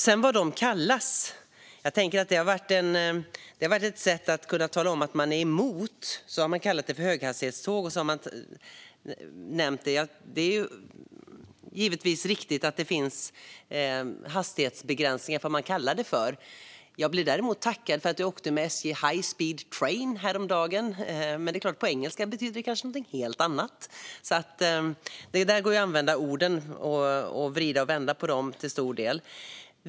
När det sedan gäller vad tågen kallas tänker jag att det har varit ett sätt att tala om att man är emot att kalla dem för höghastighetståg. Det är givetvis riktigt att det finns hastighetsbegränsningar när det handlar om vad man kallar tågen, men jag blev däremot tackad för att jag åkte med SJ high speed train häromdagen. Men det kanske betyder någonting helt annat på engelska. Det går att använda ord och vrida och vända på dem till stor del.